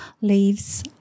leaves